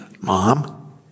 mom